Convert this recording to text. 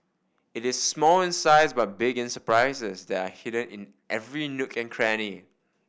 it is small in size but big in surprises that are hidden in every nook and cranny